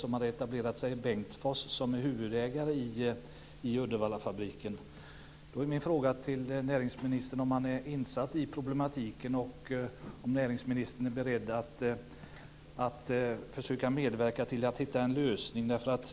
Det har etablerat sig i Bengtsfors och är huvudägare i Uddevallafabriken. Min fråga till näringsministern är: Är han insatt i problematiken, och är han beredd att försöka medverka till att hitta en lösning?